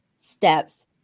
steps